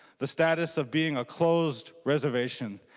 the status of being a close reservation.